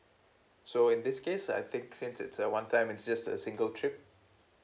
so in this case I think since it's a one time and it's just a single trip